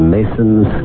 Masons